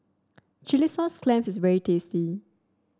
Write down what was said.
Chilli Sauce Clams is very tasty